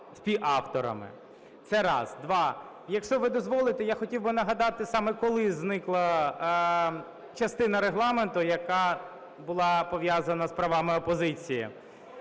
співавторами. Це раз. Два. Якщо ви дозволите, я хотів би нагадати саме коли зникла частина регламенту, яка була пов'язана з правами опозиції.